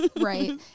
Right